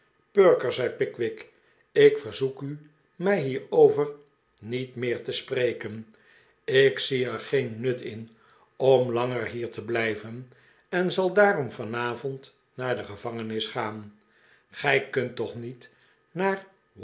perker zei pickwick ik verzoek u mij hierover niet meer te spreken ik zie er geen nut in om langer hier te blijven en zal daarom vanavond naar de gevangenis gaan gij kunt toch niet naar